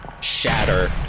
shatter